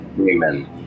Amen